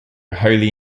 holy